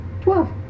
Twelve